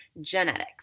genetics